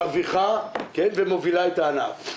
מרוויחה ומובילה את הענף.